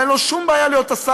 אבל אין לו שום בעיה להיות השר.